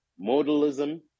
modalism